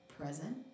present